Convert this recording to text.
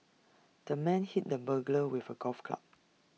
the man hit the burglar with A golf club